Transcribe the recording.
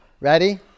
Ready